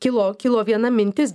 kilo kilo viena mintis